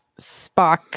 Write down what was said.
Spock